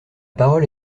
parole